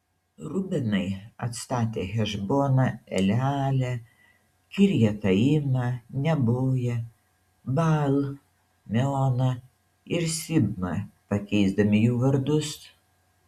rubenai atstatė hešboną elealę kirjataimą neboją baal meoną ir sibmą pakeisdami jų vardus